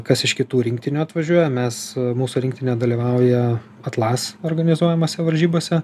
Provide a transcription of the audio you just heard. kas iš kitų rinktinių atvažiuoja mes mūsų rinktinė dalyvauja atlas organizuojamose varžybose